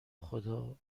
خدا